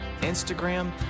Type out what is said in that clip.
Instagram